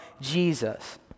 Jesus